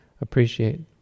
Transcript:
appreciate